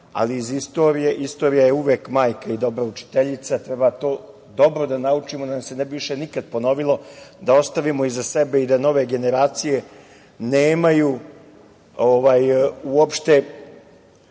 ali iz istorije, istorija je uvek majka i dobra učiteljica, treba to dobro da naučimo da nam se ne bi više nikad ponovilo da ostavimo iza sebe i da nove generacije nemaju uopšte